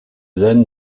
then